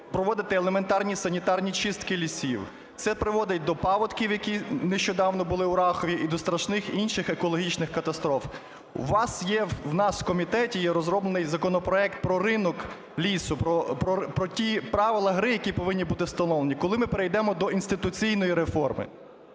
проводити елементарні санітарні чистки лісів. Це приводить до паводків, які нещодавно були у Рахові, і до страшних інших екологічних катастроф. У вас є, в нас в комітеті є розроблений законопроект про ринок лісу, про ті правила гри, які повинні бути встановлені. Коли перейдемо до інституційної реформи?